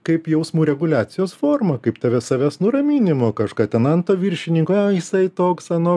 kaip jausmo reguliacijos forma kaip tave savęs nuraminimo kažką ten ant to viršininko ai jisai toks anoks